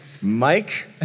Mike